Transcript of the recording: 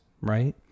right